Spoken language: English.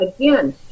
Again